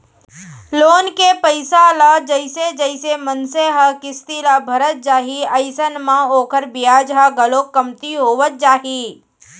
loan के पइसा ल जइसे जइसे मनसे ह किस्ती ल भरत जाही अइसन म ओखर बियाज ह घलोक कमती होवत जाही